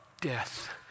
death